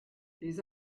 les